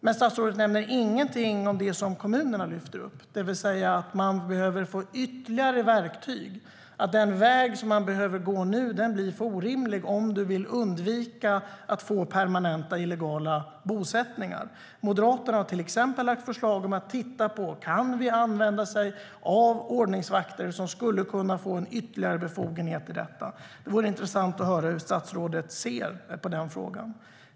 Men statsrådet nämner ingenting om det som kommunerna lyfter upp, det vill säga att de behöver få ytterligare verktyg. Den väg som de behöver gå nu blir orimlig om de vill undvika att få permanenta illegala bosättningar. Moderaterna har till exempel lagt fram förslag om att titta på om man kan använda sig av ordningsvakter som skulle kunna få ytterligare befogenheter när det gäller avhysning. Det vore intressant att höra hur statsrådet ser på den frågan.